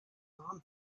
non